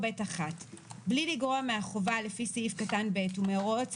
בין אם זה בתי משפט ועוד.